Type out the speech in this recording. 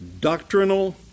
doctrinal